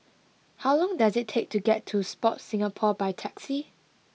how long does it take to get to Sport Singapore by taxi